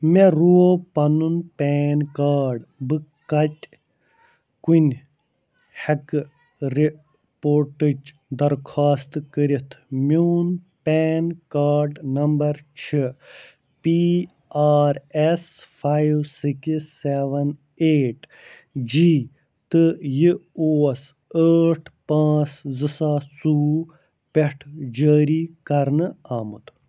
مےٚ روو پنُن پین کارڈ بہٕ کتہِ کُنہِ ہؠکہٕ رِپورٹٕچ درخواست کٔرِتھ میٛون پین کارڈ نمبر چھُ P R S five six seven eight G تہٕ یہِ اوس ٲٹھ پانٛژھ زٕ ساس ژوٚوُہ پؠٹھ جٲری کَرنہٕ آمُت